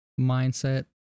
mindset